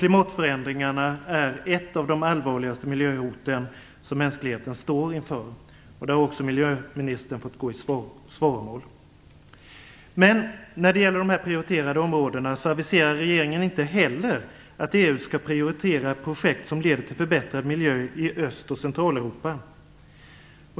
Klimatförändringarna är ju ett av de allvarligaste miljöhot som mänskligheten står inför. Miljöministern har också fått gå i svaromål där. Men när det gäller de prioriterade områdena aviserar inte heller regeringen att EU skall prioritera projekt som leder till förbättrad miljö i Öst och Centraleuropa.